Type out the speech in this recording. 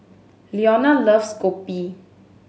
Leona loves kopi